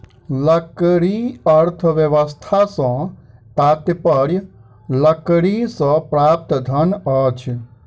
लकड़ी अर्थव्यवस्था सॅ तात्पर्य लकड़ीसँ प्राप्त धन अछि